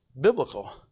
biblical